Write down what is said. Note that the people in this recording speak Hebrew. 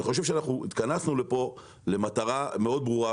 אני חושב שאנחנו התכנסנו פה למטרה מאוד ברורה,